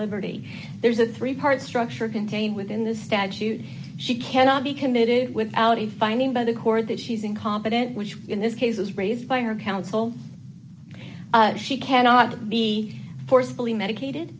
liberty there's a three part structure contained within this statute she cannot be committed without a finding by the court that she's incompetent which in this case was raised by her counsel she cannot be forcefully medicated